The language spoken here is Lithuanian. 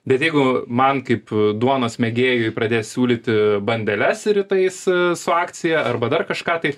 bet jeigu man kaip duonos mėgėjui pradės siūlyti bandeles rytais su akcija arba dar kažką tai